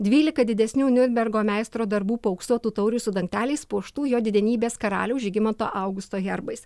dvylika didesnių niurnbergo meistro darbų paauksuotų taurių su dangteliais puoštų jo didenybės karaliaus žygimanto augusto herbais